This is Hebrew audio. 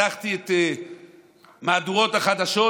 פתחתי את מהדורות החדשות,